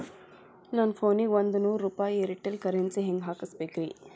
ನನ್ನ ಫೋನಿಗೆ ಒಂದ್ ನೂರು ರೂಪಾಯಿ ಏರ್ಟೆಲ್ ಕರೆನ್ಸಿ ಹೆಂಗ್ ಹಾಕಿಸ್ಬೇಕ್ರಿ?